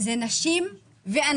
מדובר בנשים וגברים.